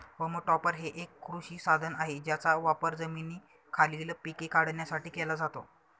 home topper हे एक कृषी साधन आहे ज्याचा वापर जमिनीखालील पिके काढण्यासाठी केला जातो